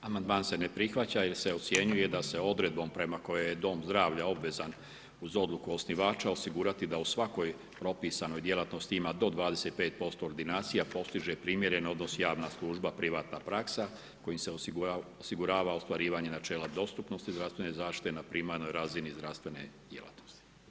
Amandman se ne prihvaća jer se ocjenjuje da se odredbom prema kojoj je dom zdravlja obvezan uz odluku osnivača osigurati da u svakoj propisanoj djelatnosti ima do 25% ordinacija, postiže primjeren odnos javna služba-privatna praksa kojim se osigurava ostvarivanje načela dostupnosti zdravstvene zaštite na primarnoj razini zdravstvene djelatnosti.